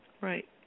Right